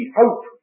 hope